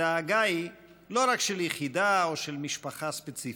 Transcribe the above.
הדאגה היא לא רק של יחידה או של משפחה ספציפית,